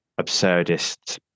absurdist